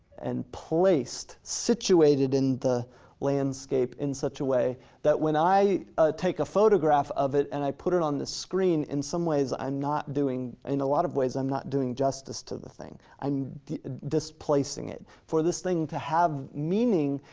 and placed, situated in the landscape in such a way that when i take a photograph of it and i put it on the screen, in some ways, i'm not doing, in a lot of ways, i'm not doing justice to the thing. i'm displacing it. for this thing to have meaning,